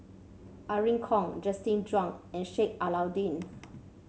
Irene Khong Justin Zhuang and Sheik Alau'ddin